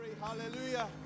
Hallelujah